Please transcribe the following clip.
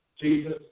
Jesus